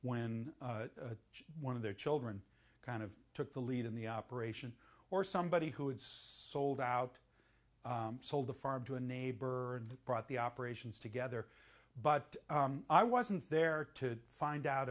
when one of their children kind of took the lead in the operation or somebody who is sold out sold the farm to a neighbor and brought the operations together but i wasn't there to find out